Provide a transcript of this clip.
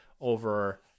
over